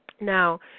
Now